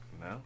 No